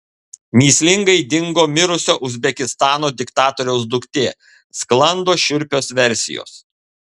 mįslingai dingo mirusio uzbekistano diktatoriaus duktė sklando šiurpios versijos